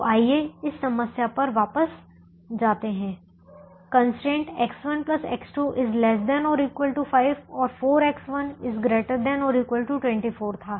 तो आइए इस समस्या पर वापस जाते हैं संदर्भ समय 1358 कंस्ट्रेंट X1X2 ≤ 5 और 4X1 ≥ 24 था